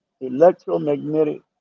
electromagnetic